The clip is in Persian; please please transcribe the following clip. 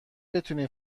بتونی